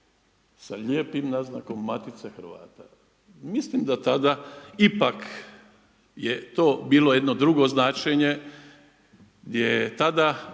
sa lijepim naznakom Matica Hrvata. Mislim da tada ipak je to bilo jedno drugo značenje gdje je tada